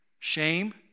Shame